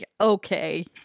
okay